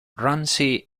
ramsay